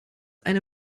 eine